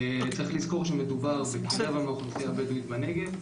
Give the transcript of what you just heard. צריך לזכור שמדובר ב-כרבע מהאוכלוסייה הבדואית בנגב,